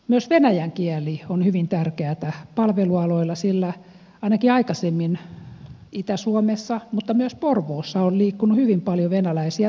myös venäjän kieli on hyvin tärkeätä palvelualoilla sillä ainakin aikaisemmin itä suomessa mutta myös porvoossa on liikkunut hyvin paljon venäläisiä turisteja